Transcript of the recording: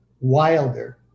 wilder